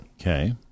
Okay